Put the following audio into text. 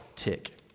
tick